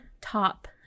top